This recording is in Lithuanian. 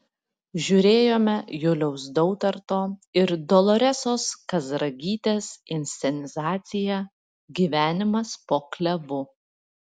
žiūrėjome juliaus dautarto ir doloresos kazragytės inscenizaciją gyvenimas po klevu